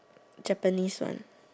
Japanese one